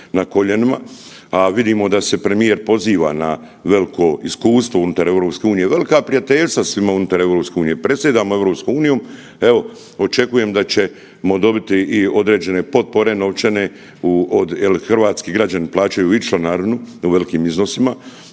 na koljenima, a vidimo da se premijer poziva na veliko iskustvo unutar EU, velika prijateljstva … unutar EU, predsjedamo EU evo očekujem da ćemo dobiti i određene potpore novčane jel hrvatski građani plaćaju i članarinu u velikim iznosima,